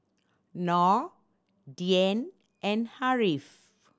Nor Dian and Ariff